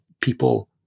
people